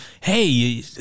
hey